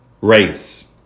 race